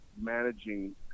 Managing